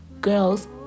girls